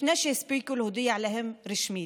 לפני שהספיקו להודיע להם רשמית.